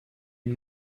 une